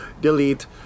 delete